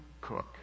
cook